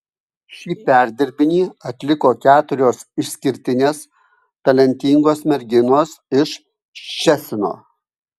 šį perdirbinį atliko keturios išskirtinės talentingos merginos iš ščecino